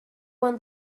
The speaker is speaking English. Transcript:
want